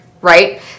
right